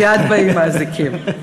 מייד באים האזיקים.